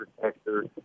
protector